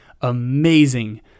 amazing